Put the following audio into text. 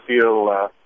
feel